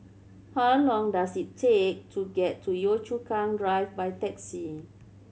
how long does it take to get to Yio Chu Kang Drive by taxi